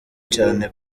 cyane